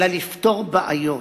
אלא נפתור בעיות.